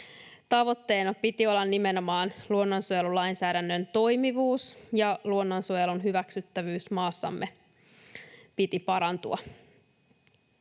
Tavoitteena piti olla nimenomaan luonnonsuojelulainsäädännön toimivuus, ja luonnonsuojelun hyväksyttävyyden maassamme piti parantua.